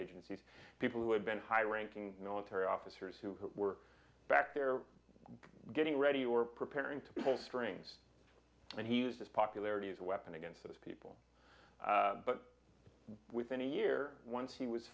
agencies people who had been high ranking military officers who were back there getting ready or preparing to pull strings and he used his popularity as a weapon against those people but within a year once he was